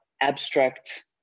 abstract